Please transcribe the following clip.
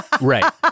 right